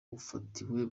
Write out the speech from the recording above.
ufatiwe